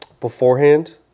beforehand